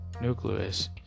nucleus